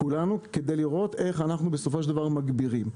כדי לראות איך אנחנו בסופו של דבר מגבירים.